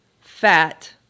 fat